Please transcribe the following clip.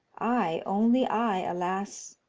i, only i, alas!